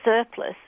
surplus